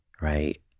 right